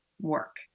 work